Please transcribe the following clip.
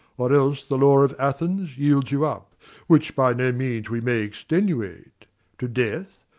or else the law of athens yields you up which by no means we may extenuate to death,